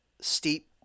steep